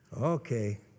Okay